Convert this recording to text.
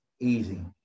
Easy